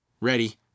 ready